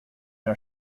der